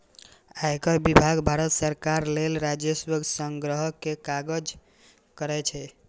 आयकर विभाग भारत सरकार लेल राजस्व संग्रह के काज करै छै